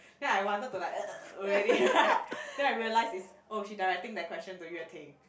then I wanted to like already right then I realise is oh she directing that question to Yue-Ting